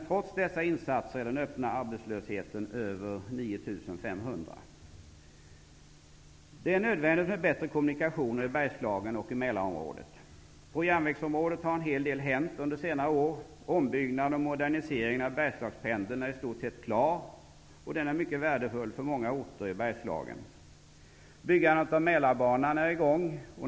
Trots dessa insatser är den öppna arbetslösheten över 9 500. Det är nödvändigt med bättre kommunikationer i Bergslagen och i Mälarområdet. På järnvägsområdet har en hel del hänt under senare år. Ombyggnaden och moderniseringen av Bergslagspendeln är i stort sett klar. Den är mycket värdefull för många orter i Bergslagen. Bygggandet av Mälarbanan är i gång.